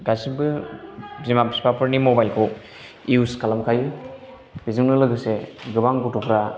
गासिबो बिमा बिफाफोरनि मबाइल खौ इउज खालामखायो बेजोंनो लोगोसे गोबां गथ'फोरा